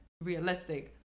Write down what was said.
realistic